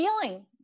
feeling